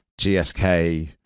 GSK